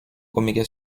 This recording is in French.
oméga